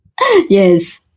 Yes